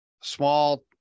small